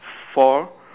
for